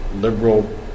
liberal